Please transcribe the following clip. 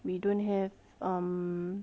we don't have um